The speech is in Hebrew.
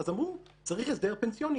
אז אמרו: צריך הסדר פנסיוני,